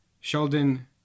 Sheldon